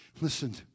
listen